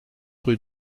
rue